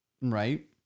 Right